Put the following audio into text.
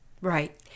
right